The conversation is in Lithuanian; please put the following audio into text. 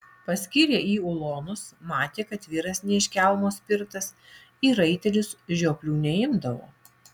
paskyrė į ulonus matė kad vyras ne iš kelmo spirtas į raitelius žioplių neimdavo